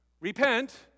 Repent